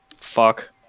fuck